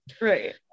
Right